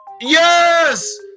Yes